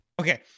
Okay